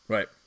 Right